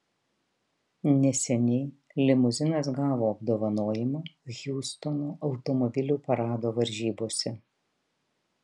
neseniai limuzinas gavo apdovanojimą hjustono automobilių parado varžybose